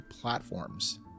platforms